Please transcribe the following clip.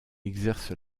exerce